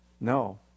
No